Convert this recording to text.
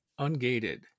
ungated